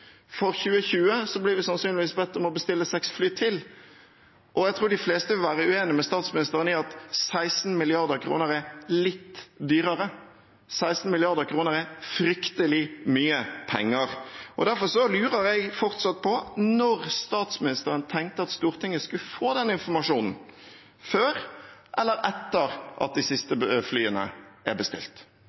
For 2020 blir vi sannsynligvis bedt om å bestille seks fly til. Jeg tror de fleste vil være uenig med statsministeren i at 16 mrd. kr er litt dyrere. 16 mrd. kr er fryktelig mye penger. Derfor lurer jeg fortsatt på når statsministeren tenkte at Stortinget skulle få den informasjonen: før eller etter at de siste flyene er bestilt?